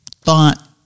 thought